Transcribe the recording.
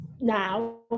now